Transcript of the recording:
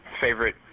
favorite